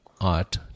art